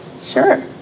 Sure